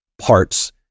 parts